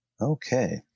Okay